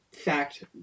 fact